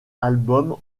album